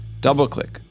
DoubleClick